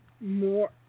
more